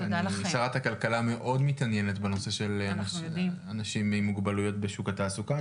שרת הכלכלה מאוד מתעניינת בנושא של אנשים עם מוגבלויות בשוק התעסוקה.